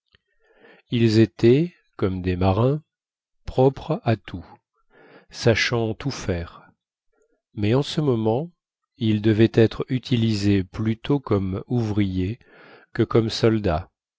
ils étaient comme des marins propres à tout sachant tout faire mais en ce moment ils devaient être utilisés plutôt comme ouvriers que comme soldats